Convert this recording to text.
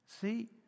See